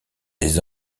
des